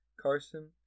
Carson